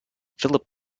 philip